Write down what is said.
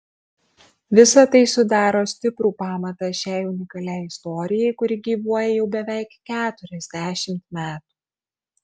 visa tai sudaro stiprų pamatą šiai unikaliai istorijai kuri gyvuoja jau beveik keturiasdešimt metų